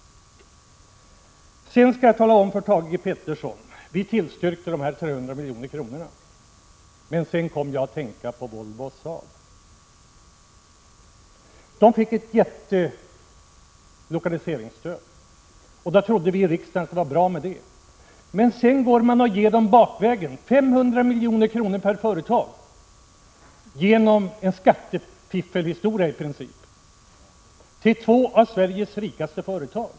Jag skall tala om en sak för Thage G. Peterson. Vi tillstyrkte de 300 miljonerna. Men sedan kom jag att tänka på Volvo och Saab. De fick ett jättestort lokaliseringsstöd, och vi i riksdagen trodde att det var bra med det. Men sedan går man och ger bakvägen 500 milj.kr. per företag, i princip genom en skattefiffelhistoria, till två av Sveriges rikaste företag.